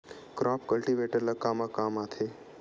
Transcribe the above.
Crop cultivator ला कमा काम आथे?